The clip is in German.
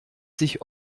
sich